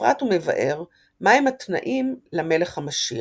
בפרט הוא מבאר מה הם התנאים למלך המשיח.